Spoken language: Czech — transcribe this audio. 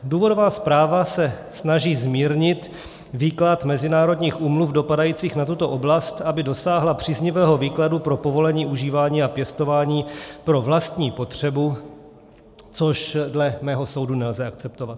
Důvodová zpráva se snaží zmírnit výklad mezinárodních úmluv dopadajících na tuto oblast, aby dosáhla příznivého výkladu pro povolení užívání a pěstování pro vlastní potřebu, což dle mého soudu nelze akceptovat.